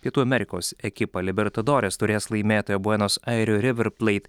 pietų amerikos ekipą libertadores taurės laimėtoją buenos airių river pleit